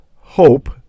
hope